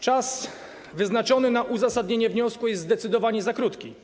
Czas wyznaczony na uzasadnienie wniosku jest zdecydowanie za krótki.